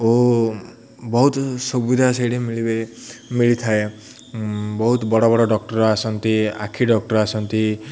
ଓ ବହୁତ ସୁବିଧା ସେଇଠି ମିଳିବେ ମିଳିଥାଏ ବହୁତ ବଡ଼ ବଡ଼ ଡକ୍ଟର୍ ଆସନ୍ତି ଆଖି ଡକ୍ଟର୍ ଆସନ୍ତି